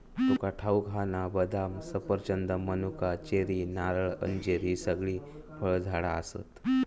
तुका ठाऊक हा ना, बदाम, सफरचंद, मनुका, चेरी, नारळ, अंजीर हि सगळी फळझाडा आसत